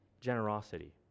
generosity